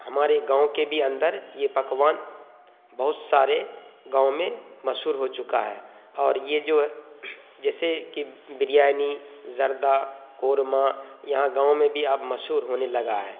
ہمارے گاؤں کے بھی اندر یہ پکوان بہت سارے گاؤں میں مشہور ہو چکا ہے اور یہ جو جیسے کہ بریانی زردہ قورمہ یہاں گاؤں میں بھی اب مشہور ہونے لگا ہے